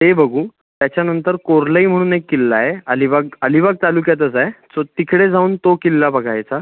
ते बघू त्याच्यानंतर कोरलाई म्हणून एक किल्ला आहे अलिबाग अलिबाग तालुक्यातच आहे सो तिकडे जाऊन तो किल्ला बघायचा